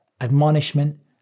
admonishment